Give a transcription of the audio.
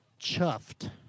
chuffed